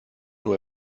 nur